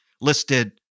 listed